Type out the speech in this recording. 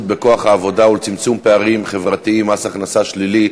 בכוח העבודה ולצמצום פערים חברתיים (מס הכנסה שלילי)